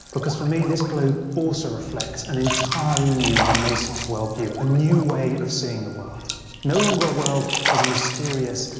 for me, this globe also reflects an entirely new renaissance world view, a new way of seeing the world no longer a world as a mysterious,